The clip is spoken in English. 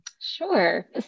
Sure